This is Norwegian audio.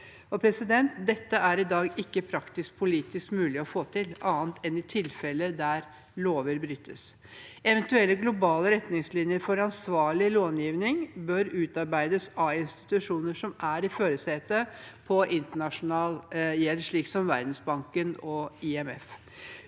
etterlevelse. Dette er i dag ikke praktisk-politisk mulig å få til, annet enn i tilfeller der lover brytes. Eventuelle globale retningslinjer for ansvarlig långivning bør utarbeides av institusjoner som er i førersetet på internasjonal gjeld, slik som Verdensbanken og IMF.